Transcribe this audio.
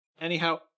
Anyhow